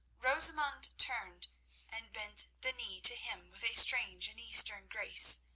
rosamund turned and bent the knee to him with a strange and eastern grace,